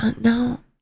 No